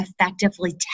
effectively